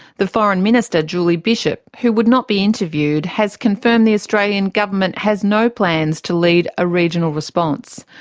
the foreign minister julie bishop, who would not be interviewed, has confirmed the australian government has no plans to lead a regional response.